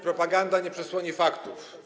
Propaganda nie przesłoni faktów.